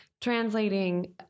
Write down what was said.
translating